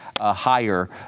higher